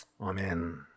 amen